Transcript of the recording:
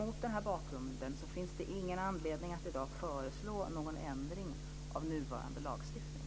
Mot denna bakgrund finns det ingen anledning att i dag föreslå någon ändring av nuvarande lagstiftning.